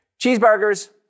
Cheeseburgers